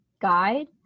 guide